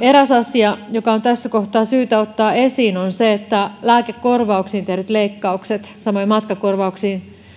eräs asia joka on tässä kohtaa syytä ottaa esiin on se että lääkekorvauksiin tehdyt leikkaukset samoin matkakorvauksiin